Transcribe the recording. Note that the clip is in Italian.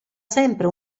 sempre